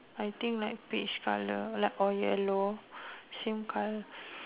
I think like peach colour like or yellow same colour